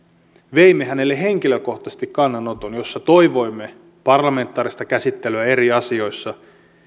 veimme henkilökohtaisesti kannanoton jossa toivoimme parlamentaarista käsittelyä eri asioissa